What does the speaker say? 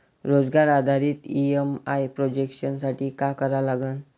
रोजगार आधारित EMI projection साठी का करा लागन?